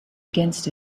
against